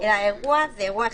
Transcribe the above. האירוע הוא אירוע אחד.